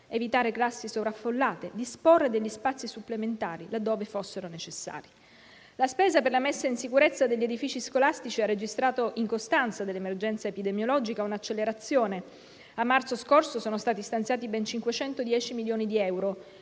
evitare classi sovraffollate, disporre degli spazi supplementari, laddove fossero necessari. La spesa per la messa in sicurezza degli edifici scolastici ha registrato, in costanza dell'emergenza epidemiologica, un'accelerazione: a marzo scorso sono stati stanziati ben 510 milioni di euro;